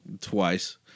twice